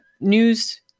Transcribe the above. news